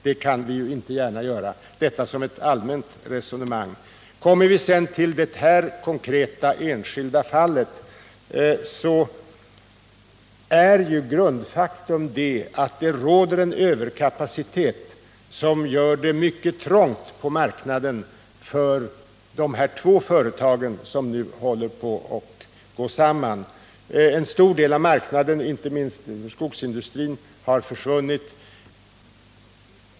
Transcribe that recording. Det kan vi inte gärna göra. Jag har här fört ett allmänt resonemang. Går vi sedan över till det konkreta fallet, finner vi att grundfaktorn är att det råder en överkapacitet som gör det mycket trångt på marknaden för dessa två företag som nu håller på att gå samman. En stor del av marknaden, inte minst för skogsindustrin, har försvunnit.